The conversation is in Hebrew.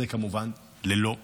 זה כמובן ללא קיזוז.